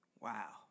Wow